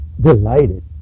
delighted